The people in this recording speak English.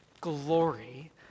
glory